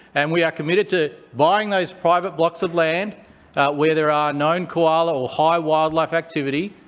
and we are committed to buying those private blocks of land where there are known koala or high wildlife activity,